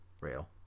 real